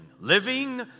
Living